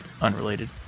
unrelated